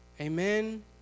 amen